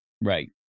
Right